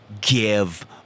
Give